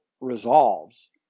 resolves